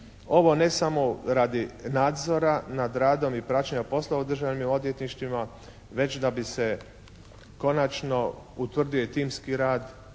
Ovo ne samo radi nadzora nad radom i praćenja poslova u državnim odvjetništvima već da bi se konačno utvrdio i timski rad